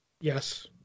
Yes